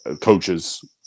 coaches